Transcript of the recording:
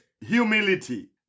humility